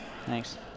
Thanks